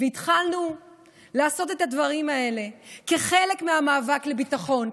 התחלנו לעשות את הדברים האלה כחלק מהמאבק לביטחון,